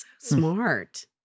Smart